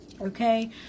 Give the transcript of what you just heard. okay